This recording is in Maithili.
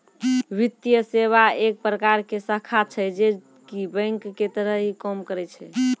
वित्तीये सेवा एक प्रकार के शाखा छै जे की बेंक के तरह ही काम करै छै